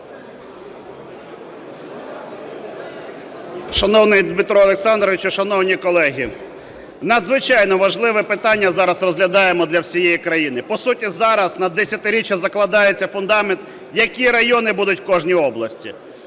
Шановний Дмитро Олександрович, шановні колеги, надзвичайно важливе питання зараз розглядаємо для всієї країни. По суті, зараз на десятиріччя закладається фундамент, які райони будуть в кожній області.